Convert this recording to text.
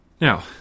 Now